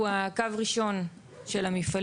שהוא לא המתחם הפטרוכימי כשתחנות הניטור מקיפות את